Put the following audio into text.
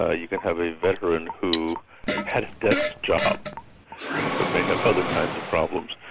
ah you can have a veteran who had a desk job but may have other kinds of problems.